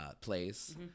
place